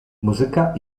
muzyka